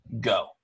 go